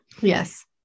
Yes